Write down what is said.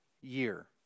year